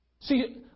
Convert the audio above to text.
See